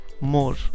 more